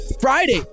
Friday